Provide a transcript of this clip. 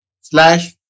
slash